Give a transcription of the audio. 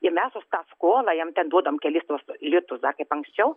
i mes už tą skolą jam ten duodavom kelis tuos litus dar kaip anksčiau